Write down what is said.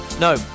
No